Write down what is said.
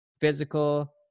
physical